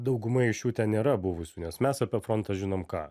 dauguma iš jų ten nėra buvusių nes mes apie frontą žinom ką